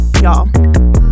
y'all